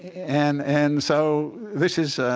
and and so this is